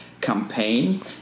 campaign